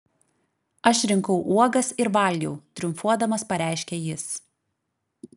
aš rinkau uogas ir valgiau triumfuodamas pareiškė jis